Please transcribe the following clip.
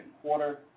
quarter